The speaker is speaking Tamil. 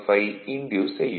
ஐ இன்டியூஸ் செய்யும்